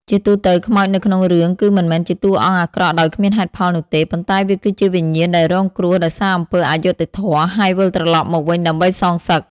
ជាទូទៅ ខ្មោចនៅក្នុងរឿងគឺមិនមែនជាតួអង្គអាក្រក់ដោយគ្មានហេតុផលនោះទេ ប៉ុន្តែវាគឺជាវិញ្ញាណដែលរងគ្រោះដោយសារអំពើអយុត្តិធម៌ ហើយវិលត្រឡប់មកវិញដើម្បីសងសឹក។